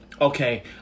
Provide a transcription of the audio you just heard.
Okay